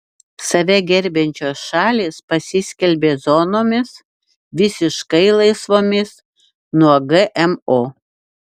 save gerbiančios šalys pasiskelbė zonomis visiškai laisvomis nuo gmo